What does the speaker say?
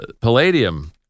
Palladium